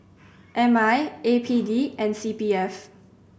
M I A P D and C P F